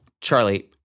Charlie